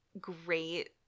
great